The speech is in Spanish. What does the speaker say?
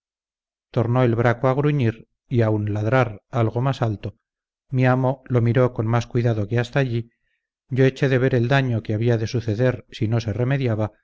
tornó el braco a gruñir y aun ladrar algo más alto mi amo lo miró con más cuidado que hasta allí yo eché de ver el daño que había de suceder si no se remediaba